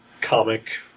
comic